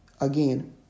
again